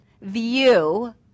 view